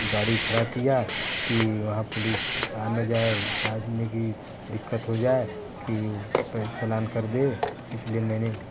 गाड़ी खड़ा किया कि वहाँ पुलीस आ ना जाए बाद में कि दिक़्क़त हो जाए कि पैसे चलान कर दे इसलिए मैंने